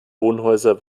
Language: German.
wohnhäuser